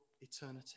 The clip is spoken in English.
eternity